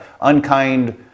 unkind